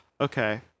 Okay